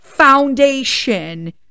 foundation